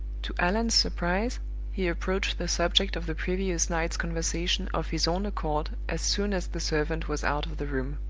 to allan's surprise he approached the subject of the previous night's conversation of his own accord as soon as the servant was out of the room.